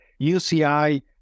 UCI